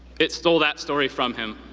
it stole that story from him.